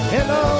Hello